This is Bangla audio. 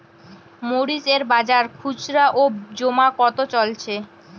মরিচ এর বাজার খুচরো ও জমা কত চলছে?